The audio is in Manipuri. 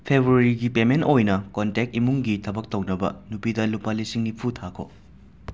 ꯐꯦꯕ꯭ꯔꯨꯨꯋꯔꯤꯒꯤ ꯄꯦꯃꯦꯟ ꯑꯣꯏꯅ ꯀꯣꯟꯇꯦꯛ ꯏꯃꯨꯡꯒꯤ ꯊꯕꯛ ꯇꯧꯅꯕ ꯅꯨꯄꯤꯗ ꯂꯨꯄꯥ ꯂꯤꯁꯤꯡ ꯅꯤꯐꯨ ꯊꯥꯈꯣ